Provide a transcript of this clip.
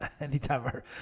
anytime